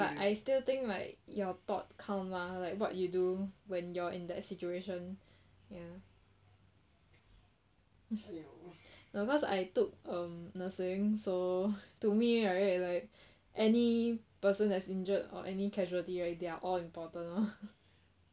but I still think like your thought count lah like what you do when you are in that situation no cause I took um nursing so to me right like any person that's injured or any casualty right they are all important ah